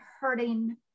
hurting